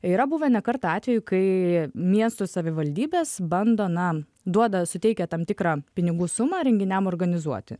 yra buvę ne kartą atvejų kai miesto savivaldybės bando na duoda suteikia tam tikrą pinigų sumą renginiam organizuoti